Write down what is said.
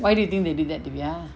why do you think they did that dyvia